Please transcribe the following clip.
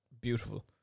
beautiful